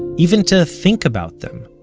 even to think about them.